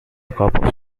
scope